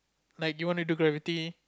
like you wanna do graffiti